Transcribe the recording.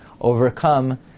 overcome